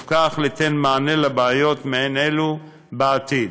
ובכך ליתן מענה לבעיות מעין אלו בעתיד.